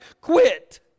quit